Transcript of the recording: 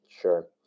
Sure